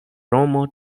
romo